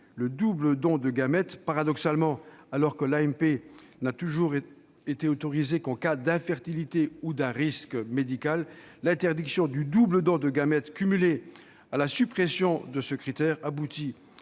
le double don de gamètes. Paradoxalement, alors que l'AMP n'a toujours été autorisée qu'en cas d'infertilité ou de risque médical, l'interdiction du double don de gamètes cumulée à la suppression de ce critère aboutit